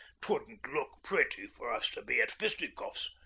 twouldn't look pretty for us to be at fisticuffs.